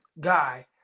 guy